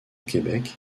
québec